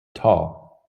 tall